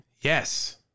Yes